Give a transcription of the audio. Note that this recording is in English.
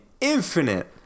infinite